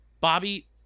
Bobby